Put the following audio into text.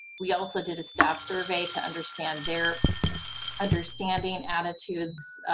we also did a staff survey to understand their understanding, and attitudes,